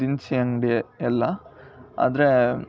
ದಿನಸಿ ಅಂಗಡಿ ಎಲ್ಲ ಆದರೆ